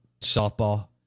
softball